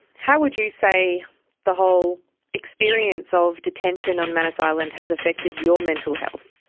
how would you say the whole experience of detention on manus island has affected your mental health?